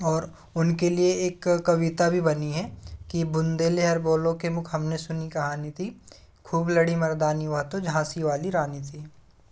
और उनके लिए एक कविता भी बनी है कि बुंदेले हर बोलो के मुख हमने सुनी कहानी थी खूब लड़ी मर्दानी वह तो झांसी वाली रानी थी